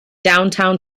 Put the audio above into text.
downtown